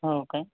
हो काय